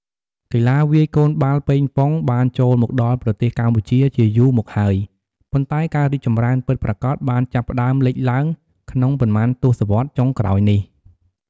កីឡាវាយកូនបាល់ប៉េងប៉ុងបានចូលមកដល់ប្រទេសកម្ពុជាជាយូរមកហើយ ប៉ុន្តែការរីកចម្រើនពិតប្រាកដបានចាប់ផ្ដើមលេចឡើងក្នុងប៉ុន្មានទសវត្សរ៍ចុងក្រោយនេះ។